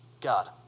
God